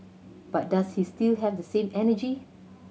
but does he still have the same energy